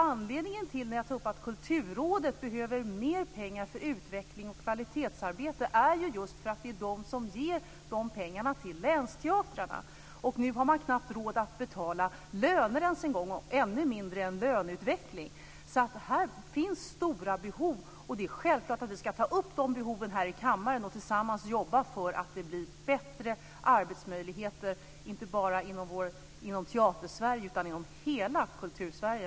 Anledningen till att jag tar upp att Kulturrådet behöver mer pengar för utveckling och kvalitetsarbete är just att det är Kulturrådet som ger de pengarna till länsteatrarna. Nu har man knappt råd att betala lönerna och ännu mindre en löneutveckling. Det finns stora behov, och det är självklart att vi ska ta upp de behoven här i kammaren och tillsammans jobba för att det ska bli bättre arbetsmöjligheter inte bara inom Teatersverige utan inom hela Kultursverige.